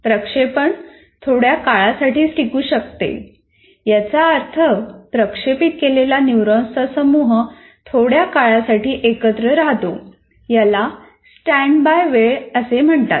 प्रक्षेपण थोड्या काळासाठीच टिकू शकते याचा अर्थ प्रक्षेपित केलेला न्यूरॉन्सचा समूह थोड्या काळासाठी एकत्र राहतो याला स्टॅण्डबाय वेळ असे म्हणतात